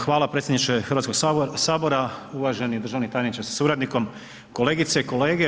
Hvala predsjedniče Hrvatskog sabora, uvaženi državni tajniče sa suradnikom, kolegice i kolege.